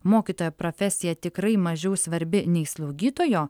mokytojo profesija tikrai mažiau svarbi nei slaugytojo